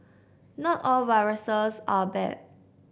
not all viruses are bad